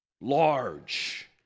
large